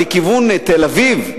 לתל-אביב,